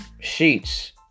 sheets